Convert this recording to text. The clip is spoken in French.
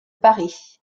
paris